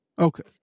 okay